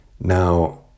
Now